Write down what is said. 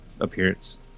appearance